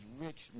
rich